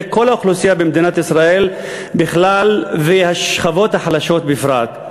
האוכלוסייה במדינת ישראל בכלל והשכבות החלשות בפרט.